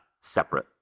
separate